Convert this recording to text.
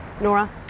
Nora